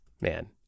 man